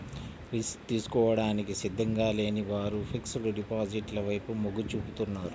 risk తీసుకోవడానికి సిద్ధంగా లేని వారు ఫిక్స్డ్ డిపాజిట్ల వైపు మొగ్గు చూపుతున్నారు